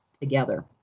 together